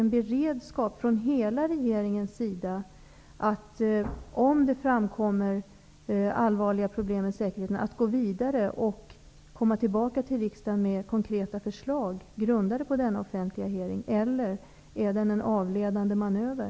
Finns det i hela regeringen en beredskap för att, om det framkommer allvarliga problem med säkerheten, gå vidare och komma tillbaka till riksdagen med konkreta förslag, grundade på denna offentliga hearing, eller är den en avledande manöver?